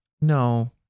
No